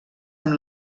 amb